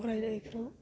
फरायनायखौ